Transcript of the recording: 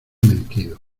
mentido